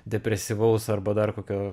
depresyvaus arba dar kokio